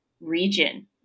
region